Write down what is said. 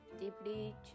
deeply